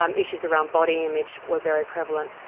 um issues around body image were very prevalent.